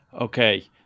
okay